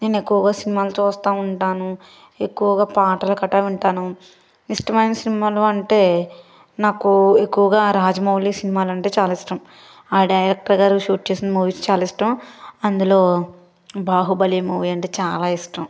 నేను ఎక్కువగా సినిమాలు చూస్తా ఉంటాను ఎక్కువగా పాటలు కట్ట వింటాను ఇష్టమైన సినిమాలు అంటే నాకు ఎక్కువగా రాజమౌళి సినిమాలంటే చాలా ఇష్టం ఆ డైరెక్టర్ గారు షూట్ చేసిన మూవీస్ చాలా ఇష్టం అందులో బాహుబలి మూవీ అంటే చాలా ఇష్టం